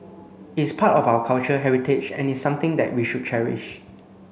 it's part of our culture heritage and is something that we should cherish